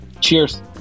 cheers